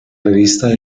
revista